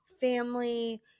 family